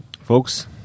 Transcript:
Folks